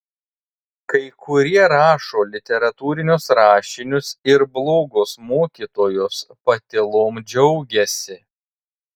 kai kurie rašo literatūrinius rašinius ir blogos mokytojos patylom džiaugiasi